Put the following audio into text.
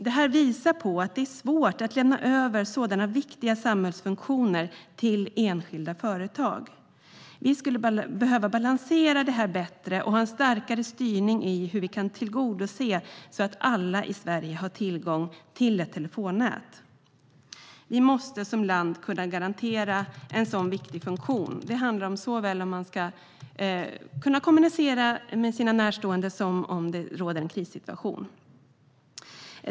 Det visar att det är svårt att lämna över sådana viktiga samhällsfunktioner till enskilda företag. Vi skulle behöva balansera det här bättre och ha en starkare styrning av hur vi kan tillgodose att alla i Sverige har tillgång till ett telefonnät. Vi måste som land kunna garantera en så viktig funktion. Det handlar såväl om att kunna kommunicera med närstående som om hur man gör i en krissituation.